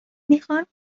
میخان